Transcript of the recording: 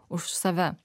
už save